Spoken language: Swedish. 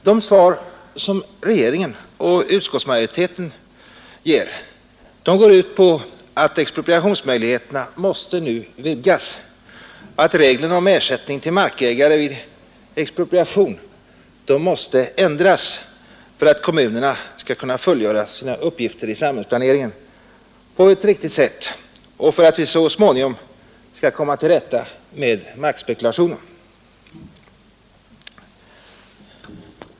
De svar som regeringen och utskottsmajoriteten ger går ut på att expropriationsmöjligheterna nu måste vidgas och att reglerna om ersättning till markägare vid expropriation måste ändras för att kommunerna skall kunna fullgöra sina uppgifter i samhällsplaneringen på ett riktigt sätt och för att vi så småningom skall komma till rätta med markspekulationen.